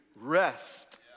rest